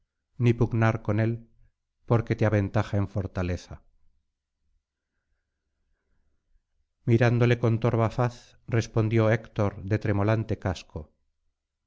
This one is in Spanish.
ni pugnar con él porque te aventaja en fortaleza mirándole con torva faz respondió héctor de tremolante casco